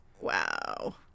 Wow